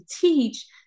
teach